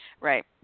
right